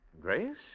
Grace